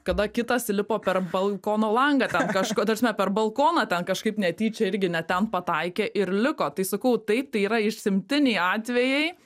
kada kitas įlipo per balkono langą ten kažką ta prasme per balkoną ten kažkaip netyčia irgi ne ten pataikė ir liko tai sakau taip tai yra išsimtiniai atvejai